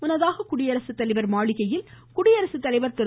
முன்னதாக குடியரசுத்தலைவர் மாளிகையில் குடியரசுத்தலைவர் திரு